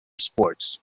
sports